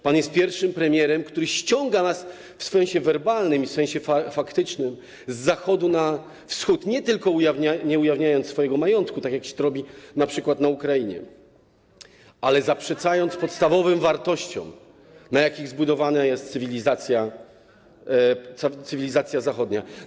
Pan jest pierwszym premierem, który ściąga nas, w sensie werbalnym i w sensie faktycznym, z Zachodu na Wschód, nie tylko nie ujawniając swojego majątku, tak jak się to robi np. na Ukrainie, ale również zaprzeczając podstawowym wartościom, na jakich zbudowana jest cywilizacja Zachodu.